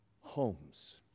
homes